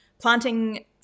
planting